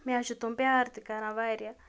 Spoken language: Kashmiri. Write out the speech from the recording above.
مےٚ حظ چھِ تِم پیار تہِ کَران واریاہ